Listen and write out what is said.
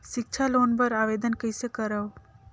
सिक्छा लोन बर आवेदन कइसे करव?